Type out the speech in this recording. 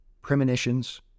premonitions